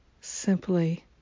simply